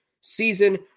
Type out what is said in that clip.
season